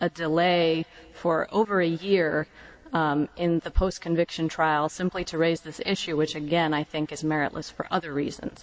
a delay for over a year in the post conviction trial simply to raise this issue which again i think is meritless for other reasons